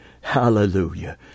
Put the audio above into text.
Hallelujah